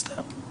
מצטער.